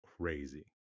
crazy